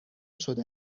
شده